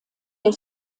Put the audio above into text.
der